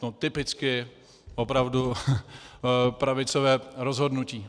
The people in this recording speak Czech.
No, typicky opravdu pravicové rozhodnutí.